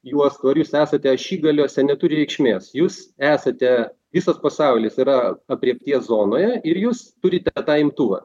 juostų ar jūs esate ašigaliuose neturi reikšmės jūs esate visas pasaulis yra aprėpties zonoje ir jūs turite tą imtuvą